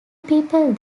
people